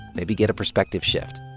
maybe get a perspective shift.